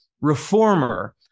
reformer